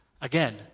Again